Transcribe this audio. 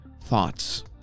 thoughts